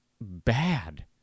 bad